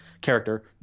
character